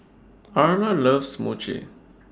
Arla loves Mochi